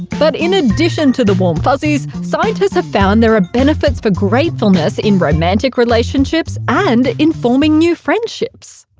but in addition to the warm fuzzies, scientists have found there are benefits for gratefulness in romantic relationships and in forming new friendships.